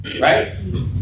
Right